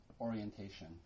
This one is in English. orientation